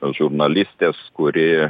žurnalistės kuri